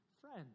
friends